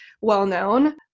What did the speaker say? well-known